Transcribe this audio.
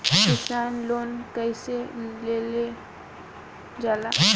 किसान लोन कईसे लेल जाला?